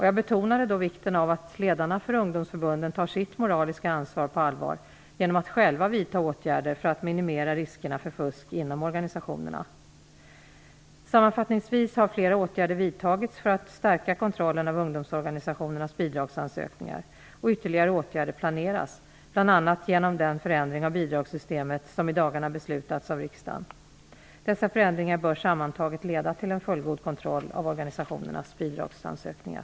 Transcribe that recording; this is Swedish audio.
Jag betonade då vikten av att ledarna för ungdomsförbunden tar sitt moraliska ansvar på allvar genom att själva vidta åtgärder för att minimera riskerna för fusk inom organisationerna. Sammanfattningsvis har flera åtgärder vidtagits för att stärka kontrollen av ungdomsorganisationernas bidragsansökningar. Ytterligare åtgärder planeras, bl.a. genom den förändirng av bidragssystemet som i dagarna beslutats av riksdagen. Dessa förändringar bör sammantaget leda till en fullgod kontroll av organisationernas bidragsansökningar.